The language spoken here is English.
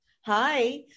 Hi